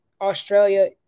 Australia